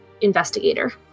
investigator